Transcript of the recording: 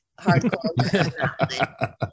hardcore